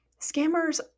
scammers